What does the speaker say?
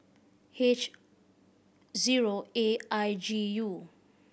H zero A I G U